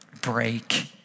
Break